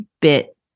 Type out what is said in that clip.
bit